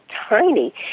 tiny